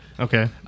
Okay